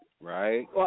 right